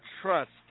trust